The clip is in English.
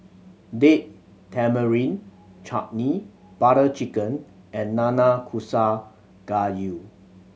Date Tamarind Chutney Butter Chicken and Nanakusa Gayu